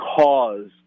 cause